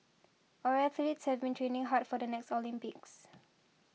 our athletes have been training hard for the next Olympics